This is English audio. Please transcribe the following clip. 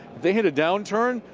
they hit a downturn,